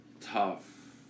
tough